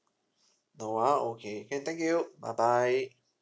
no ah okay can thank you bye bye